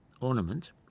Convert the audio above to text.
ornament